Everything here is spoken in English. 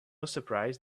surprise